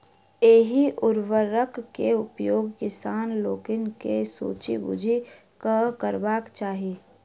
एहि उर्वरक के उपयोग किसान लोकनि के सोचि बुझि कअ करबाक चाही